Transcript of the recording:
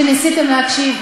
תודה רבה שניסיתם להקשיב.